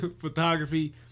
photography